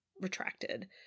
retracted